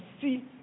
see